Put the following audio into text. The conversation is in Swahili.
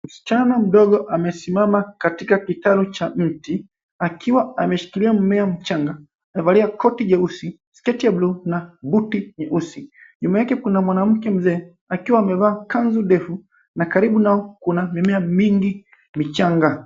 Msichana mdogo amesimama katika kitaro cha mti akiwa ameshikilia mmea mchanga na amevalia koti nyeusi sketi ya buluu na booti nyeusi nyuma yake kuna mwanamke mzee akiwa amevaa kanzu ndefu na karibu nao kuna mimea mingi michanga.